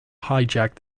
hijack